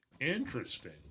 Interesting